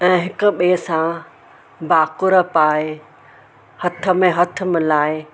ऐं हिक ॿिए सां भाकुरु पाए हथ में हथ मिलाइ